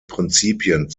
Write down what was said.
prinzipien